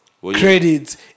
credits